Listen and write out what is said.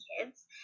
kids